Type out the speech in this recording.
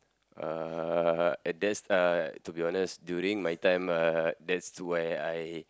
uh and that's uh to be honest during my time uh that's where I